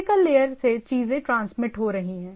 physical layer से चीजें transmit हो रही हैं